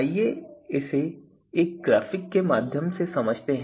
आइए इसे एक ग्राफिक के माध्यम से समझते हैं